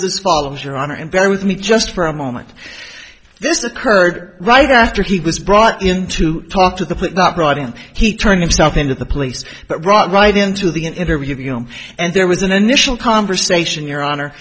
this follows your honor and bear with me just for a moment this occurred right after he was brought in to talk to the police not brought in he turned himself in to the police but brought right into the interview room and there was an initial conversation your honor